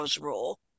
rule